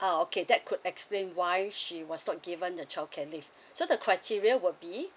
oh okay that could explain why she was not given the child care leave so the criteria will be